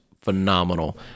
phenomenal